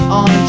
on